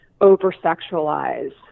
over-sexualize